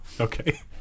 Okay